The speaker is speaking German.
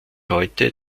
heute